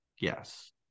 Yes